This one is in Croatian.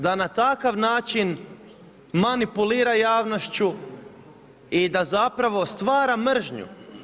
Da na takav način manipulira javnošću i da zapravo stvara mržnju.